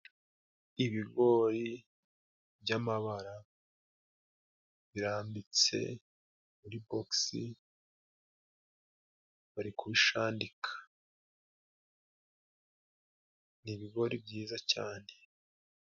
Ibigori by'amabara birambitse kuri bogisi, bari kubishandika. Ni ibigori byiza cyane.